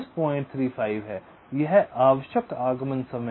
ये आवश्यक आगमन समय हैं